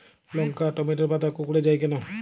লঙ্কা ও টমেটোর পাতা কুঁকড়ে য়ায় কেন?